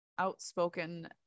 outspoken